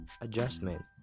adjustment